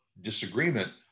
disagreement